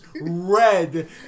red